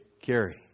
Gary